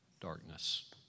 darkness